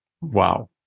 Wow